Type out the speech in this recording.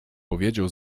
powiedział